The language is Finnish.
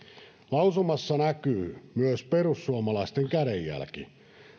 lausumassa näkyy myös perussuomalaisten kädenjälki